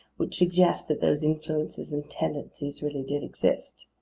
which suggests that those influences and tendencies really did exist.